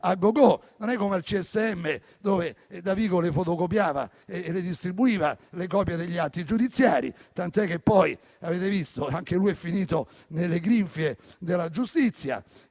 a gogò. Non è come al CSM, dove Davigo copiava e distribuiva le copie degli atti giudiziari, tant'è che poi - come avete visto - anche lui è finito nelle grinfie della giustizia.